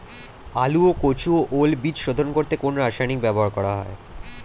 আলু ও কচু ও ওল বীজ শোধন করতে কোন রাসায়নিক ব্যবহার করা হয়?